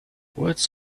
words